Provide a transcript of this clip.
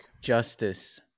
Justice